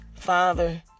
Father